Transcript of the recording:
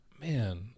man